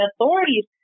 authorities